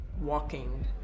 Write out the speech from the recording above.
walking